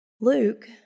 Luke